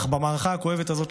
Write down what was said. אך במערכה הכואבת הזאת,